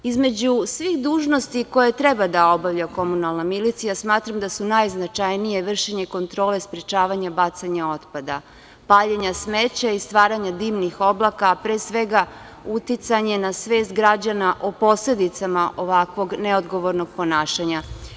Između svih dužnosti koje treba da obavlja komunalna milicija, smatram da se najznačajnije vršenje kontrole sprečavanja otpada, paljenja smeća i stvaranja dimnih oblaka, a pre svega, uticanje na svest građana o posledicama ovakvog neodgovornog ponašanja.